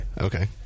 Okay